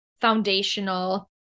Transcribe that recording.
foundational